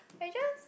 it just